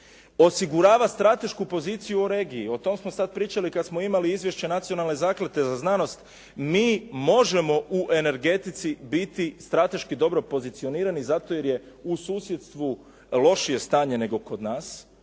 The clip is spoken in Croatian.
osigurava stratešku poziciju u regiji. O tome smo sad pričali kad smo imali izvješća nacionalne zaklade za znanost. Mi možemo u energetici biti strateški dobro pozicionirani zato jer je u susjedstvu lošije stanje nego kod nas,